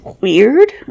weird